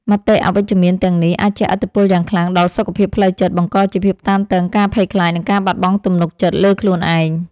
មតិអវិជ្ជមានទាំងនេះអាចជះឥទ្ធិពលយ៉ាងខ្លាំងដល់សុខភាពផ្លូវចិត្ត បង្កជាភាពតានតឹង ការភ័យខ្លាច និងការបាត់បង់ទំនុកចិត្តលើខ្លួនឯង។